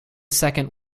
second